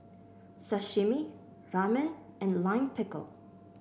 Sashimi Ramen and Lime Pickle